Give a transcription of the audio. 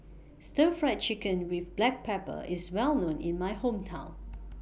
Stir Fried Chicken with Black Pepper IS Well known in My Hometown